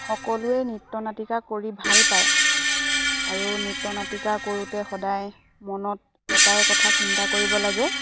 সকলোৱে নৃত্য নাটিকা কৰি ভাল পায় আৰু নৃত্য নাটিকা কৰোঁতে সদায় মনত এটাই কথা চিন্তা কৰিব লাগে